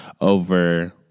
over